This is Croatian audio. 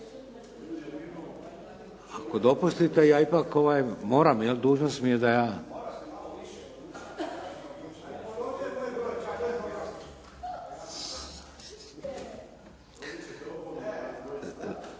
Ako dopustite, ja ipak moram, dužnost mi je da ja